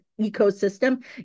ecosystem